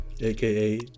aka